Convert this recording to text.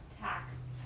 tax